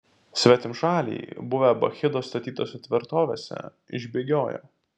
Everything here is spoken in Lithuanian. svetimšaliai buvę bakchido statytose tvirtovėse išbėgiojo